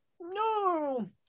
no